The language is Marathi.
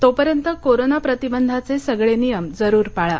तोपर्यंत कोरोना प्रतिबंधाचे सगळे नियम जरूर पाळा